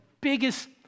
biggest